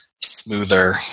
smoother